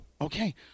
Okay